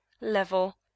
level